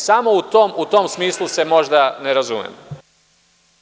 Samo u tom smislu se možda ne razumemo.